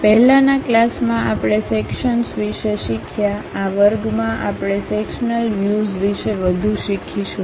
પહેલાનાં ક્લાસમાં આપણે સેક્શન્સ વિશે શીખ્યા આ વર્ગમાં આપણે સેક્શન્લ વ્યુઝ વિશે વધુ શીખીશું